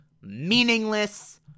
meaningless